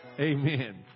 Amen